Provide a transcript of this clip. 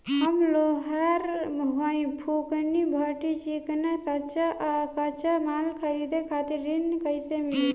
हम लोहार हईं फूंकनी भट्ठी सिंकचा सांचा आ कच्चा माल खरीदे खातिर ऋण कइसे मिली?